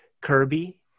Kirby